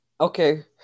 Okay